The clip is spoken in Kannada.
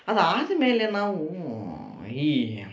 ಅದಾದ್ಮೇಲೆ ನಾವು ಈ